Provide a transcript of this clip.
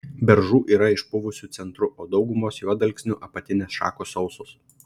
beržų yra išpuvusiu centru o daugumos juodalksnių apatinės šakos sausos